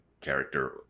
character